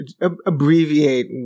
abbreviate